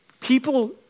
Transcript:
People